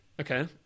Okay